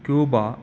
Cuba